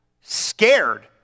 Scared